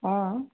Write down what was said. অঁ